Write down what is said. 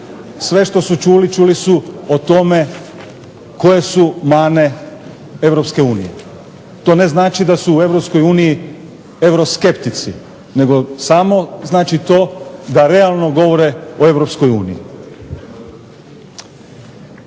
sve što su čuli, čuli su o tome koje su mane Europske unije. To ne znači da su u Europskoj uniji euroskeptici, nego samo znači to da realno govore o